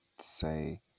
say